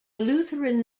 lutheran